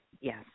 Yes